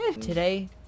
Today